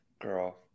Girl